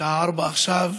השעה 04:00 עכשיו,